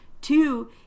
two